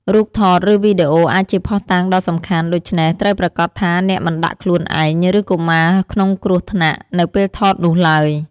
រូបថត ឬវីដេអូអាចជាភស្តុតាងដ៏សំខាន់ ដូច្នេះ ត្រូវប្រាកដថាអ្នកមិនដាក់ខ្លួនឯង ឬកុមារក្នុងគ្រោះថ្នាក់ នៅពេលថតនោះឡើយ។